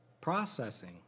processing